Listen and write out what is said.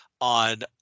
on